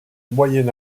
moyen